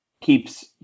keeps